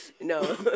No